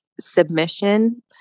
submission